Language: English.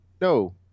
No